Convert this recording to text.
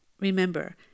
Remember